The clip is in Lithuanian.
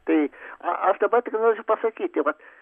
tai aš dabar tik noriu pasakyti vat